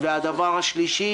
הדבר השלישי